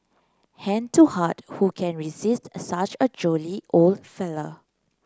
hand to heart who can resist such a jolly old fellow